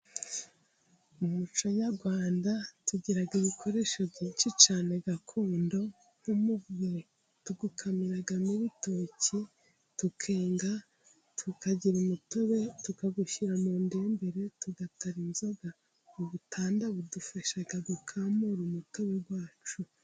Mu muco nyarwanda，tugira ibikoresho byinshi cyane gakondo，nk'umuvure，tuwukamiramo ibitoki， tukenga tukagira umutobe，tukawushyira mu ndebere，tugatara inzoga，ubutanda， budufasha gukamura umutobe wacu.